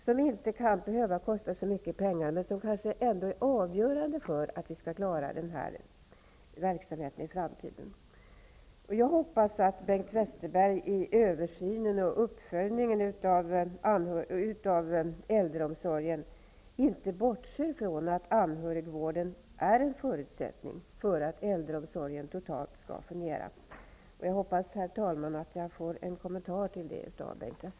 Åtgärderna behöver inte kosta så mycket pengar, men de är kanske avgörande för om vi skall klara denna verksamhet i framtiden. Jag hoppas att Bengt Westerberg i översynen och uppföljningen av äldrereformen inte bortser från att anhörigvården är en förutsättning för att äldreomsorgen alls skall fungera. Jag hoppas, herr talman, att jag får en kommentar till detta av Bengt